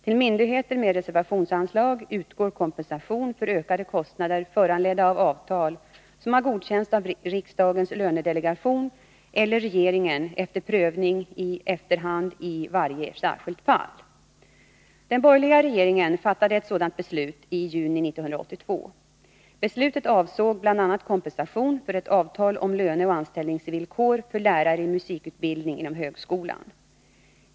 Till myndigheter med reservationsanslag utgår kompensation för ökade kostnader, föranledda av avtal som har godkänts av riksdagens lönedelegation eller regeringen efter prövning i efterhand i varje särskilt fall. Den borgerliga regeringen fattade ett sådant beslut i juni 1982. Beslutet avsåg bl.a. kompensation för ett avtal om löneoch anställningsvillkor för lärare i musikutbildningen inom högskolan.